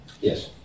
Yes